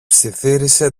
ψιθύρισε